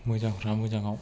मोजांफ्रा मोजाङाव